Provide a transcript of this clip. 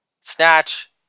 Snatch